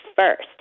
first